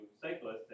cyclists